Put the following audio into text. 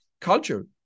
culture